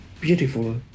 beautiful